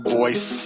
voice